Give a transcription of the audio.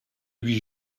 huit